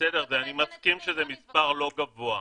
אני מסכים שזה מספר לא גבוה,